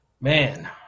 Man